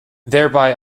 thereby